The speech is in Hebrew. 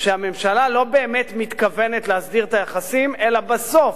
שהממשלה לא באמת מתכוונת להסדיר את היחסים אלא בסוף,